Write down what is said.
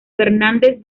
fernández